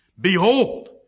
Behold